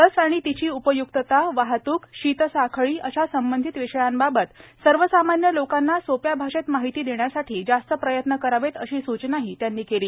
लस आणि तिची उपयुक्तता वाहतूक शीतसाखळी अशा संबंधित विषयांबाबत सर्वसामान्य लोकांना सोप्या भाषेत माहिती देण्यासाठी जास्त प्रयत्न करावेत अशी सूचनाही पंतप्रधानांनी केली